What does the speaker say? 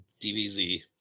DBZ